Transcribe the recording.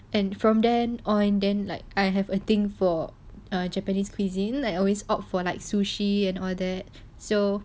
and from then on then like I have a thing for a japanese cuisine like always opt for like sushi and all that so